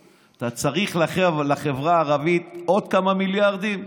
אתה צריך לחברה הערבית עוד כמה מיליארדים?